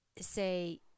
say